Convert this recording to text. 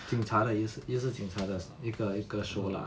警察的也是也是警察的一个 show lah